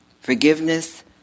Forgiveness